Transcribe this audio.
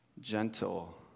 gentle